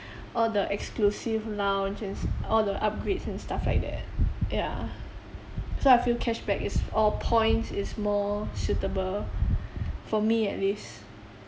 all the exclusive lounge and s~ oh the upgrades and stuff like that yeah so I feel cashback is or points is more suitable for me at least